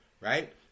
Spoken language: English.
right